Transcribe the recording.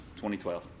2012